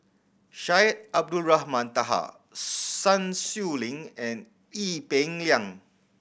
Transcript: Syed Abdulrahman Taha Sun Xueling and Ee Peng Liang